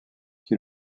qui